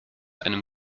einem